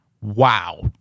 Wow